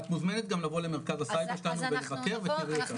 את מוזמנת גם לבוא למרכז הסייבר שלנו ולבקר ותראי אותם.